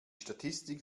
statistik